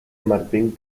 martín